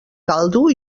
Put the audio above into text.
caldo